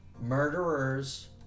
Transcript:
murderers